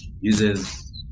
uses